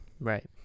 Right